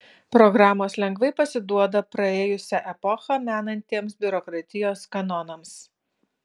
programos lengvai pasiduoda praėjusią epochą menantiems biurokratijos kanonams